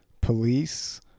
police